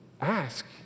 ask